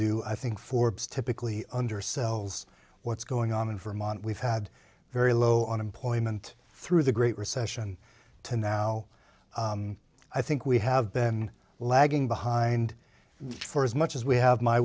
do i think forbes typically undersells what's going on in vermont we've had very low unemployment through the great recession to now i think we have been lagging behind for as much as we have my